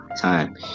time